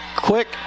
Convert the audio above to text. quick